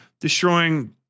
destroying